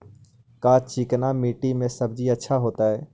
का चिकना मट्टी में सब्जी अच्छा होतै?